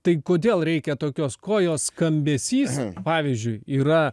tai kodėl reikia tokios kuo jos skambesys pavyzdžiui yra